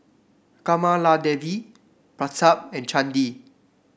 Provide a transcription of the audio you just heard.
Kamaladevi Pratap and Chandi